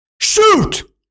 Shoot